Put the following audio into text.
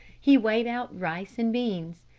he weighed out rice and beans.